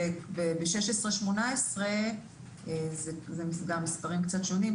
בקבוצה של 16-18 זה מספרים קצת שונים,